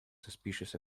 suspicious